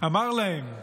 אמר להם,